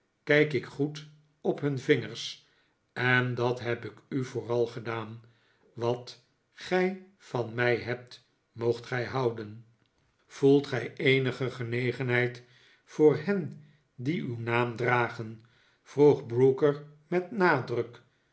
kijk ik goed op hun vingers en dat heb ik u vooral gedaan wat gij van mij hebt moogt gij houden voelt gij eenige genegenheid voor hen die uw naam dragen vroeg brooker met nadruk